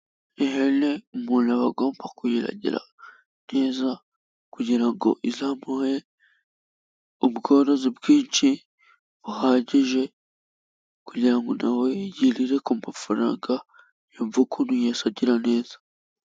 Ihene umuntu aba agomba kuyiragira neza kugira ngo izamuhe ubworozi bwinshi buhagije, kugira ngo nawe yirire ku mafaranga yumve ukuntu yesu agira neza.